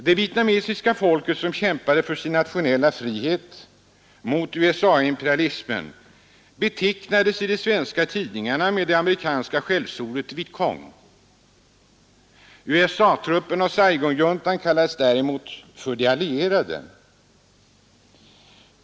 Det vietnamesiska folket, som kämpade för sin nationella frihet mot USA-imperialismen betecknades i de svenska tidningarna med det amerikanska skällsordet ”Vietcong”. USA-trupperna och Saigonjuntan kallades däremot ”de allierade”.